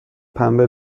پنبه